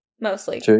mostly